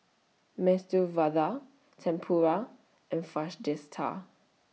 Medu Vada Tempura and